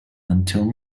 until